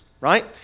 right